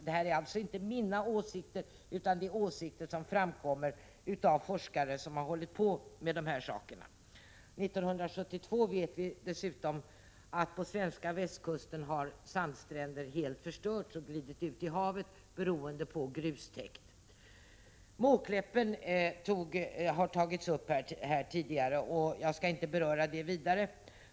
Detta är inte min åsikt utan det är en åsikt som har framförts av forskare som håller på med dessa saker. Vidare vet vi att sandstränder på svenska västkusten helt förstördes 1972 och att de har glidit ut i havet beroende på grustäkt. Måkläppen har tidigare nämnts här, så jag skall inte beröra den saken.